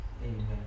Amen